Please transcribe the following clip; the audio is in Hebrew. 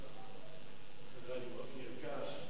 אני מאוד נרגש.